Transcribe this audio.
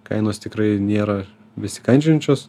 kainos tikrai nėra besikandžiojančios